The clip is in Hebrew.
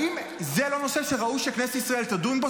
האם זה לא נושא שראוי שכנסת ישראל תדון בו?